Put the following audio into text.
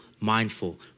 mindful